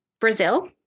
Brazil